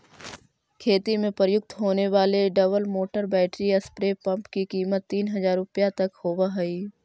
खेती में प्रयुक्त होने वाले double motor battery spray pump की कीमत तीन हज़ार रुपया तक होवअ हई